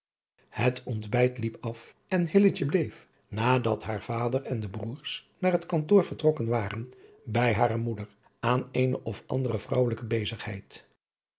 het ontbijt liep af en hilletje bleef nadat haar vader en de broêrs naar het kantoor vertrokken waren bij hare moeder aan eene of andere vrouwelijke bezigheid